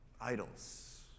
idols